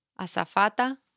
Azafata